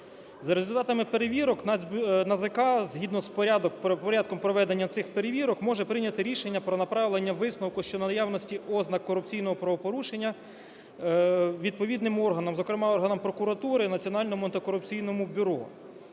За результатами перевірок НАЗК згідно з порядком проведення цих перевірок може прийняти рішення про направлення висновку щодо наявності ознак корупційного правопорушення відповідним органам, зокрема органам прокуратури, Національному антикорупційному бюро.